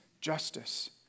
justice